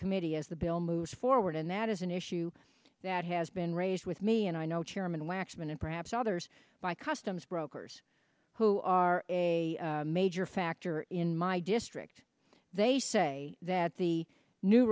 committee as the bill moves forward and that is an issue that has been raised with me and i know chairman waxman and perhaps others by customs brokers who are a major factor in my district they say that the new